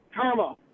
Karma